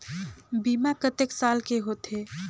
बीमा कतेक साल के होथे?